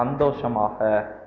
சந்தோஷமாக